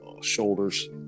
shoulders